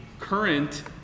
Current